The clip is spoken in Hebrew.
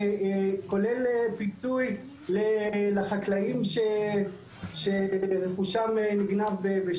כולל פיצוי לחקלאים שרכושם נגנב.